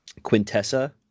quintessa